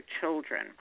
children